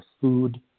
food